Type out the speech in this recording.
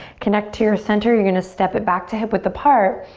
connect to your center. you're gonna step it back to hip width apart.